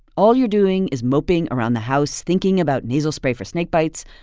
all you're doing is moping around the house thinking about nasal spray for snakebites.